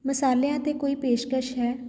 ਮਸਾਲਿਆਂ 'ਤੇ ਕੋਈ ਪੇਸ਼ਕਸ਼ ਹੈ